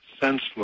senseless